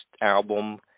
album